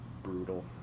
brutal